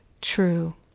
true